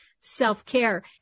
self-care